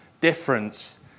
difference